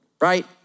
right